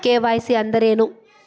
KYC ಅಂದ್ರೇನು?